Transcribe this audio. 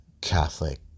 Catholic